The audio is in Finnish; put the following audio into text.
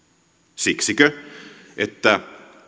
siksikö että